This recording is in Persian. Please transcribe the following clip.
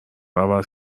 عوض